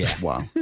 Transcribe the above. Wow